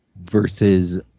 versus